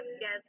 yes